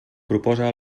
proposa